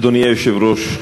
אדוני היושב-ראש,